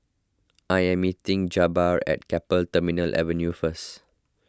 I am meeting Jabbar at Keppel Terminal Avenue first